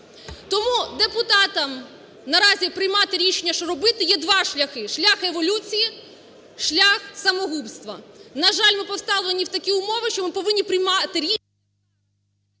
Тому депутатам наразі приймати рішення, що робити, є два шляхи – шлях еволюції, шлях самогубства. На жаль, ми поставлені в такі умови, що ми повинні приймати...